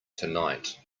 tonight